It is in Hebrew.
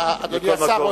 אדוני השר,